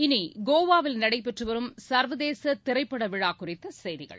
இனி கோவாவில் நடைபெற்றுவரும் சர்வதேச திரைப்பட விழா குறித்த செய்திகள்